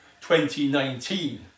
2019